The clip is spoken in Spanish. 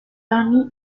dani